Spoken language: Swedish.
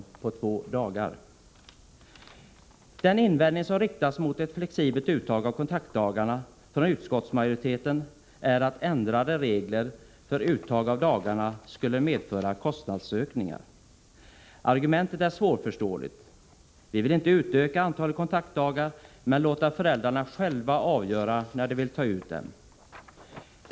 Utskottsmajoriteten har riktat den invändningen mot en ordning med ett flexibelt uttag av kontaktdagarna att ändrade regler skulle medföra kostnadsökningar. Argumentet är svårförståeligt. Vi vill inte utöka antalet kontaktdagar, men vi vill låta föräldrarna själva avgöra när de skall ta ut dem.